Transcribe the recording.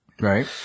right